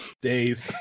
Days